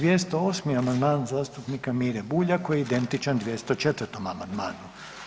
208. amandman zastupnika Mire Bulja koji je identičan 204. amandmanu.